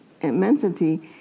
immensity